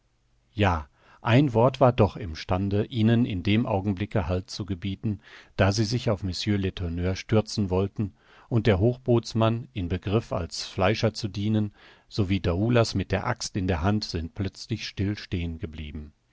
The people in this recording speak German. ja ein wort war doch im stande ihnen in dem augenblicke halt zu gebieten da sie sich auf mr letourneur stürzen wollten und der hochbootsmann in begriff als fleischer zu dienen sowie daoulas mit der axt in der hand sind plötzlich still